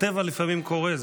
הטבע לפעמים קורא.